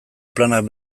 planak